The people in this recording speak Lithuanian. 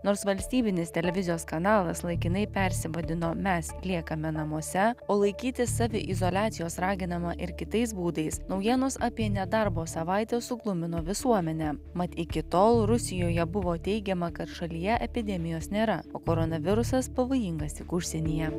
nors valstybinės televizijos kanalas laikinai persivadino mes liekame namuose o laikytis saviizoliacijos raginama ir kitais būdais naujienos apie nedarbo savaitę suglumino visuomenę mat iki tol rusijoje buvo teigiama kad šalyje epidemijos nėra o koronavirusas pavojingas tik užsienyje